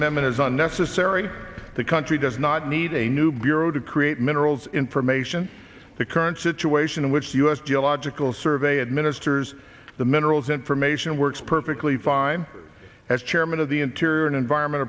amendment is unnecessary the country does not need a new bureau to create minerals information the current situation in which the u s geological survey administers the minerals information works perfectly fine as chairman of the interior and environment